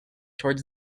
towards